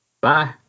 Bye